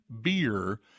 beer